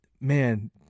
man